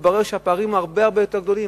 התברר שהפערים הם הרבה הרבה יותר גדולים.